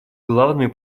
главными